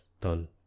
done